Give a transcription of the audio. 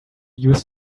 use